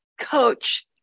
coach